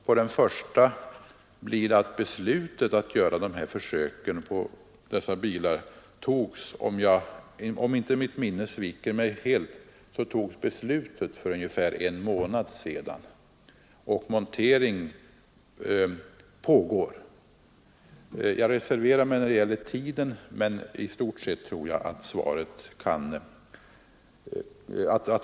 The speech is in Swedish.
På den förra blir svaret att — om inte mitt minne sviker mig helt — beslutet om försöken på dessa bilar fattades för ungefär en månad sedan och att montering nu pågår.